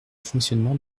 fonctionnement